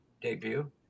debut